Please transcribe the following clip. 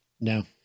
No